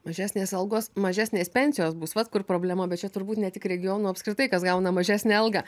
mažesnės algos mažesnės pensijos bus vat kur problema bet čia turbūt ne tik regionų apskritai kas gauna mažesnę algą